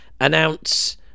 announce